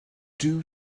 due